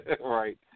right